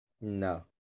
No